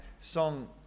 song